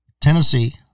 Tennessee